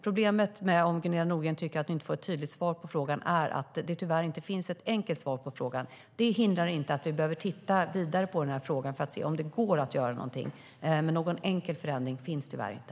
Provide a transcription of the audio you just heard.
Om Gunilla Nordgren tycker att hon inte får ett tydligt svar på frågan är problemet att det tyvärr inte finns något enkelt svar på frågan. Det hindrar inte att vi behöver titta vidare på den här frågan för att se om det går att göra någonting, men någon enkel förändring finns tyvärr inte.